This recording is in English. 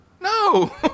no